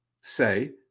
Say